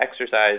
exercise